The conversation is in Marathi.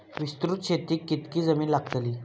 विस्तृत शेतीक कितकी जमीन लागतली?